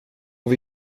och